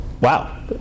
wow